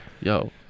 Yo